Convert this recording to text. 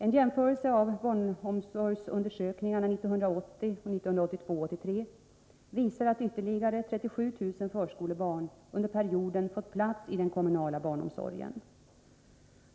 En jämförelse av barnomsorgsundersökningarna 1980 och 1982/83 visar att ytterligare 37 000 förskolebarn under perioden fått plats i den kommunala barnomsorgen.